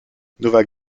novak